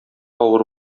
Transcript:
авыр